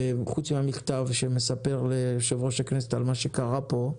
וחוץ מהמכתב שמספר ליו"ר הכנסת על מה שקרה פה,